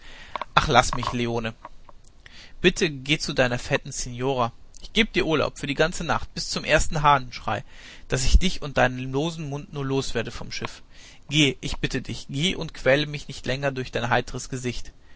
ach laß mich leone bitte geh zu deiner fetten signora ich gebe dir urlaub für die ganze nacht bis zum ersten hahnenschrei daß ich dich und deinen losen mund nur loswerde vom schiff geh ich bitte dich gehe und quäle mich nicht länger durch dein heiteres gesicht